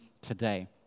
today